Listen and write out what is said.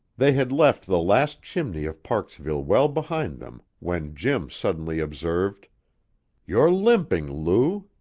they had left the last chimney of parksville well behind them when jim suddenly observed you're limping, lou.